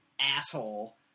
asshole